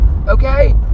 Okay